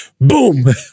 Boom